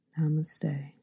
Namaste